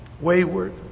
wayward